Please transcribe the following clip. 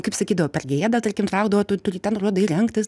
kaip sakydavo per gėdą tarkim traukdavo tu turi ten juodai rengtis